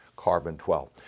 carbon-12